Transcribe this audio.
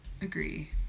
agree